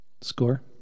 Score